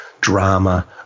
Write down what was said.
drama